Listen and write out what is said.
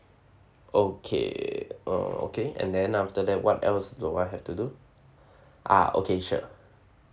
okay uh okay and then after that what else do I had to do ah okay sure